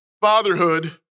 Fatherhood